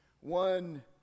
One